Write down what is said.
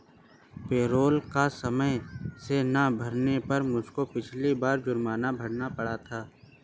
payroll कर समय से ना भरने पर मुझको पिछली बार जुर्माना भरना पड़ा था